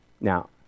Now